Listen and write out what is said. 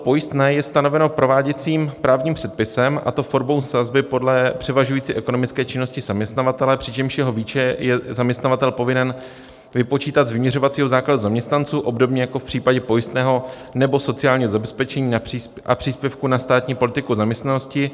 Pojistné je stanoveno prováděcím právním předpisem, a to formou sazby podle převažující ekonomické činnosti zaměstnavatele, přičemž jeho výši je zaměstnavatel povinen vypočítat z vyměřovacího základu zaměstnanců, obdobně jako v případě pojistného nebo sociálního zabezpečení a příspěvku na státní politiku zaměstnanosti.